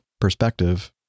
perspective